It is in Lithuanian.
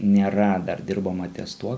nėra dar dirbama ties tuo